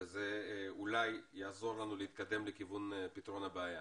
וזה אולי יעזור לנו להתקדם לכיוון פתרון הבעיה.